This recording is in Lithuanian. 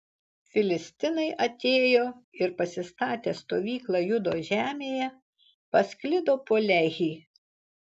filistinai atėjo ir pasistatę stovyklą judo žemėje pasklido po lehį